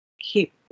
keep